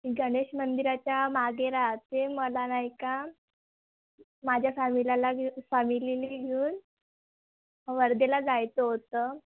गणेश मंदिराच्या मागे राहते मला नाही का माझ्या फॅमिलाला फॅमिलीनी घेऊन वर्धेला जायचं होतं